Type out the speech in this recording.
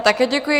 Také děkuji.